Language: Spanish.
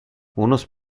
unos